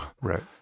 Right